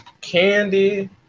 candy